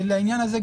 ולעניין הזה,